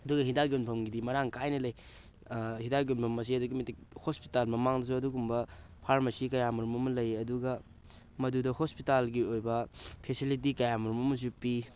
ꯑꯗꯨꯒ ꯍꯤꯗꯥꯛ ꯌꯣꯟꯐꯝꯒꯤꯗꯤ ꯃꯔꯥꯡ ꯀꯥꯏꯅ ꯂꯩ ꯍꯤꯗꯥꯛ ꯌꯣꯟꯐꯝ ꯑꯁꯤ ꯑꯗꯨꯛꯀꯤ ꯃꯇꯤꯛ ꯍꯣꯁꯄꯤꯇꯥꯜ ꯃꯃꯥꯡꯗꯁꯨ ꯑꯗꯨꯒꯨꯝꯕ ꯐꯥꯔꯃꯥꯁꯤ ꯀꯌꯥ ꯃꯔꯨꯝ ꯑꯃ ꯂꯩ ꯑꯗꯨꯒ ꯃꯗꯨꯗ ꯍꯣꯁꯄꯤꯇꯥꯜꯒꯤ ꯑꯣꯏꯕ ꯐꯦꯁꯤꯂꯤꯇꯤ ꯀꯌꯥ ꯃꯔꯨꯝ ꯑꯃꯁꯨ ꯄꯤ